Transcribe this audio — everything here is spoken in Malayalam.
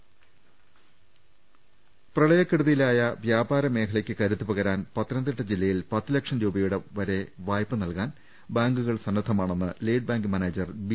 ് പ്രളയക്കെടുതിയിലായ വ്യാപാരുമേഖലയ്ക്ക് കരുത്ത് പകരാൻ പത്തനംതിട്ട ജില്ലയിൽ പത്തു ലക്ഷം രൂപയുടെ വരെ വായ്പ നൽകാൻ ബാങ്കുകൾ സന്നദ്ധമാണെന്ന് ലീഡ് ബാങ്ക് മാനേജർ ബി